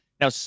Now